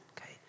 okay